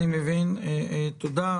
אני מבין, תודה.